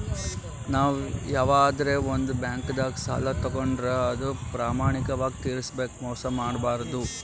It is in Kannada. ನಾವ್ ಯವಾದ್ರೆ ಒಂದ್ ಬ್ಯಾಂಕ್ದಾಗ್ ಸಾಲ ತಗೋಂಡ್ರ್ ಅದು ಪ್ರಾಮಾಣಿಕವಾಗ್ ತಿರ್ಸ್ಬೇಕ್ ಮೋಸ್ ಮಾಡ್ಬಾರ್ದು